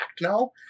now